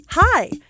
Hi